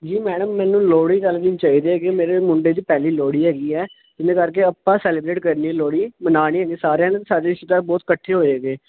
ਜੀ ਮੈਡਮ ਮੈਨੂੰ ਲੋਹੜੀ ਵਾਲੇ ਦਿਨ ਚਾਹੀਦੀ ਕਿ ਮੇਰੇ ਮੁੰਡੇ 'ਚ ਪਹਿਲੀ ਲੋਹੜੀ ਹੈਗੀ ਹੈ ਜਿਹਦੇ ਕਰਕੇ ਆਪਾਂ ਸੈਲੀਬਰੇਟ ਕਰਨ ਲਈ ਲੋਹੜੀ ਮਨਾਉਣੀ ਅਸੀਂ ਸਾਰੇ ਰਿਸ਼ਤੇਦਾਰ ਬਹੁਤ ਇਕੱਠੇ ਹੋਏ ਹੈਗੇ